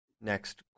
Next